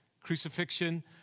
Crucifixion